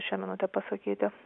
šią minutę pasakyti